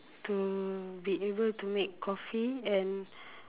to be able to make coffee and